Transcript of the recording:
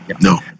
No